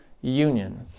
union